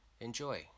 enjoy